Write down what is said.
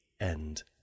end